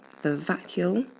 the vacuole,